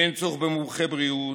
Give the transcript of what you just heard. אין צורך במומחי בריאות,